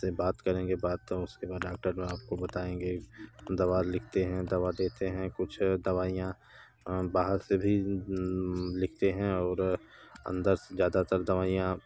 से बात करेंगे बात तो उसके बाद डाक्टर आप को बताएंगे दवा लिखते हैं दवा देते हैं कुछ दवाइयाँ बाहर से भी लिखते हैं और अंदर से ज़्यादातर दवाइयाँ